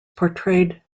portrayed